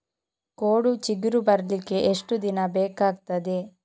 ಕೋಡು ಚಿಗುರು ಬರ್ಲಿಕ್ಕೆ ಎಷ್ಟು ದಿನ ಬೇಕಗ್ತಾದೆ?